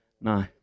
No